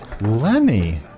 Lenny